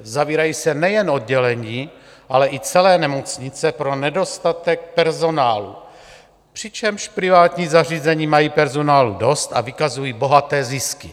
Zavírají se nejen oddělení, ale i celé nemocnice pro nedostatek personálu, přičemž privátní zařízení mají personálu dost a vykazují bohaté zisky.